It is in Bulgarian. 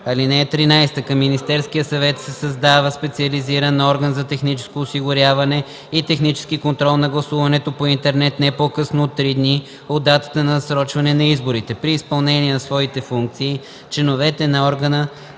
ал. 16. (13) Към Министерския съвет се създава специализиран орган за техническо осигуряване и технически контрол на гласуването по интернет не по-късно от три дни от датата на насрочване на изборите. При изпълнение на своите функции членовете на органа